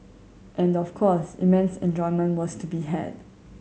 and of course immense enjoyment was to be had